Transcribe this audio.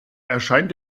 erscheint